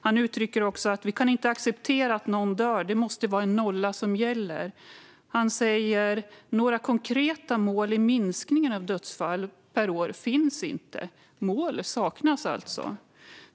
Han uttrycker också att "vi kan inte acceptera att någon dör, det måste vara en nolla som gäller". Han säger också att några konkreta mål i minskningen av dödsfall per år inte finns. Mål saknas alltså.